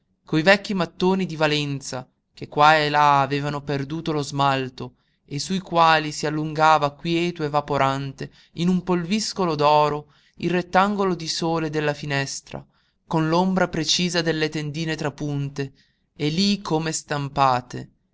coi vecchi mattoni di valenza che qua e là avevano perduto lo smalto e sui quali si allungava quieto e vaporante in un pulviscolo d'oro il rettangolo di sole della finestra con l'ombra precisa delle tendine trapunte e lí come stampate